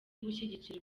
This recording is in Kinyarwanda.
gushyigikira